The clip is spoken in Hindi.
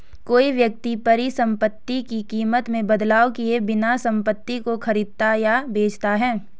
कोई व्यक्ति परिसंपत्ति की कीमत में बदलाव किए बिना संपत्ति को खरीदता या बेचता है